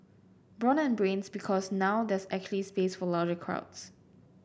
brawn and brains because now there's actually space for larger crowds